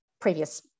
previous